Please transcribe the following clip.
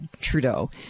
Trudeau